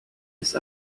ist